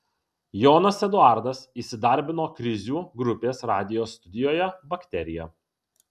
jonas eduardas įsidarbino krizių grupės radijo studijoje bakterija